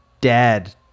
dad